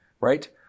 right